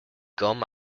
gum